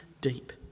deep